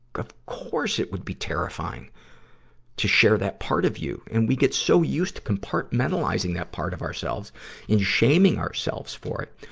of course it would be terrifying to share that part of you. and we get so used to compartmentalizing that part of ourselves and shaming ourselves for it.